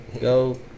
go